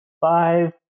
Five